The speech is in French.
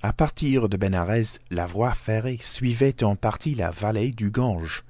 a partir de bénarès la voie ferrée suivait en partie la vallée du gange